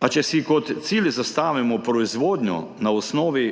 A če si kot cilj zastavimo proizvodnjo na osnovi